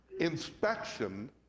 inspection